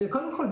קודם כל,